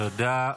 תודה.